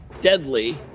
deadly